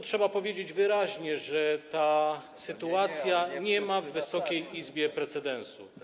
Trzeba powiedzieć wyraźnie, że ta sytuacja nie ma w Wysokiej Izbie precedensu.